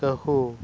ᱠᱟᱺᱦᱩ